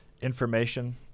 information